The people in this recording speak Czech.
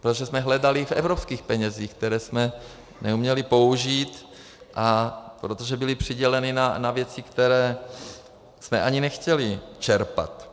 Protože jsme hledali v evropských penězích, které jsme neuměli použít, protože byly přiděleny na věci, které jsme ani nechtěli čerpat.